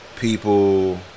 People